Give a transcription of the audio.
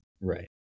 Right